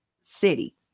city